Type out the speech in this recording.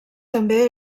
també